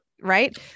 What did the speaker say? right